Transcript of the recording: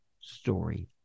story